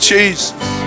Jesus